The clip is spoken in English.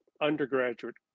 undergraduate